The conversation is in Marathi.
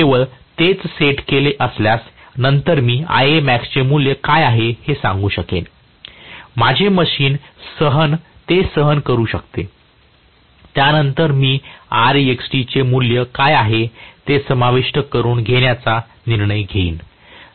केवळ तेच सेट केले असल्यास नंतर मी Ia maxचे मूल्य काय आहे ते सांगू शकेन माझे मशीन सहन ते करू शकते त्यानंतर मी Rextचे मूल्य काय आहे ते समाविष्ट करून घेण्याचा निर्णय घेईल